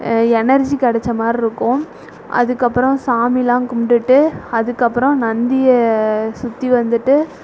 energy கிடச்ச மாதிரிருக்கும் அதுக்கப்றம் சாமிலாம் கும்பிட்டுட்டு அதுக்கப்றம் நந்தியை சுற்றி வந்துட்டு